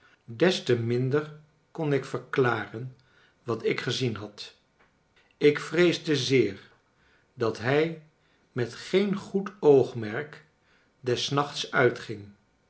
des te minder kon ik verklaren wat ikgezien had ik vreesde zeer dat hij met geen goed oogmerk des nachts uitging